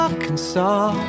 Arkansas